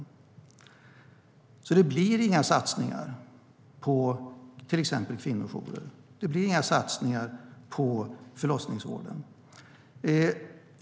Det blir inga satsningar på till exempel kvinnojourer. Det blir inga satsningar på förlossningsvården.